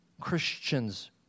Christians